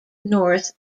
north